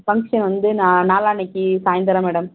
function வந்து நாளானிக்கி சாய்ந்தரம் மேடம்